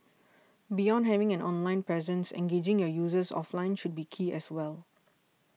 beyond having an online presence engaging your users offline should be key as well